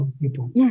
people